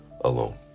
alone